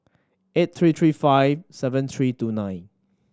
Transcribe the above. eight three three five seven three two nine